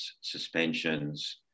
suspensions